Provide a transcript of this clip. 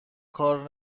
کار